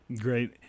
Great